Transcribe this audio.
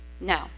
No